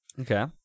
Okay